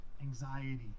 anxiety